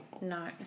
No